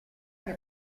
che